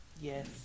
Yes